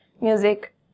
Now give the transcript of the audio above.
music